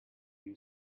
you